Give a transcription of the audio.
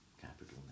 capital